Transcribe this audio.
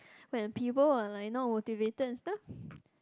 when the people are like not motivated and stuff